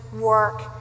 work